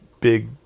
big